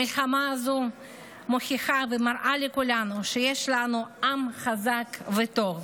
המלחמה הזו מוכיחה ומראה לכולנו שיש לנו עם חזק וטוב.